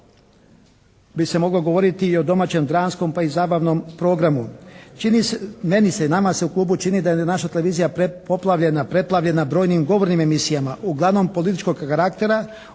bi se moglo govoriti o domaćem dramskom, pa i zabavnom programu. Čini se, meni se i nama se i u klubu čini da je naša televizija prepoplavljena, preplavljena brojnim govornim emisijama uglavnom političkog karaktera